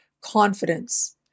confidence